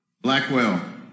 Blackwell